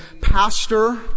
Pastor